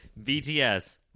BTS